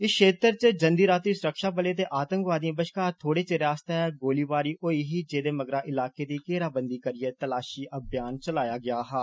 इस क्षेत्र च जंदी रातीं सुरक्षाबलें ते आतंकवादिएं बश्कार थोड़े चिरैं आस्तै गोलीबारी होई ही जेदे मगरा इलाके दी घेराबंदी करियै तपाशी अभियान चलाया गेआ हा